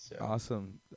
Awesome